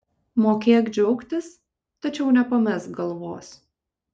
mokėk džiaugtis tačiau nepamesk galvos